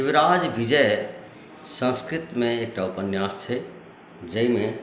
शिवराज विजय सन्स्कृतमे एकटा उपन्यास छै जाहिमे